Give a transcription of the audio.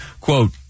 Quote